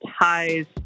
ties